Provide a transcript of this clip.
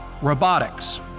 robotics